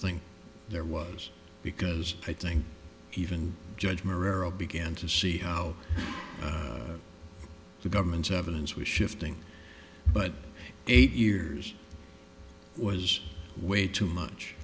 think there was because i think even judge merrill began to see how the government's evidence was shifting but eight years was way too much